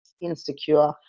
insecure